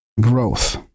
growth